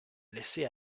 laisser